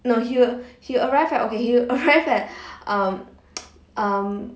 no he will he will arrive at okay he will arrive at um um